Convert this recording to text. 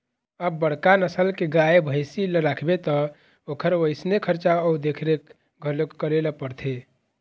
अब बड़का नसल के गाय, भइसी ल राखबे त ओखर वइसने खरचा अउ देखरेख घलोक करे ल परथे